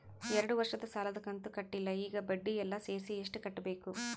ಎರಡು ವರ್ಷದ ಸಾಲದ ಕಂತು ಕಟ್ಟಿಲ ಈಗ ಬಡ್ಡಿ ಎಲ್ಲಾ ಸೇರಿಸಿ ಎಷ್ಟ ಕಟ್ಟಬೇಕು?